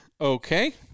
Okay